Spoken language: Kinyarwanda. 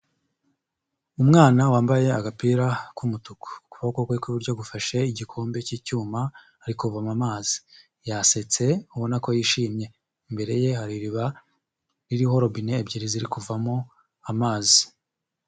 Umwana wambaye agapira k'umutuku. Ukuboko kwe kw'iburyo gufashe igikombe cy'icyuma ari kuvoma amazi. Yasetse ubona ko yishimye; imbere ye hari iriba ririho robine ebyiri ziri kuvamo amazi.